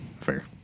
Fair